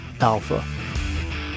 alpha